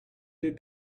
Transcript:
did